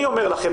אני אומר לכם,